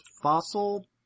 Fossil